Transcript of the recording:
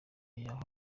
yaho